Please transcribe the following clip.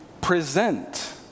present